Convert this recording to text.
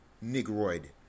negroid